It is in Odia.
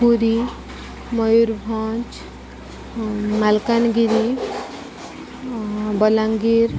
ପୁରୀ ମୟୂରଭଞ୍ଜ ମାଲକାନଗିରି ବଲାଙ୍ଗୀର